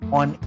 on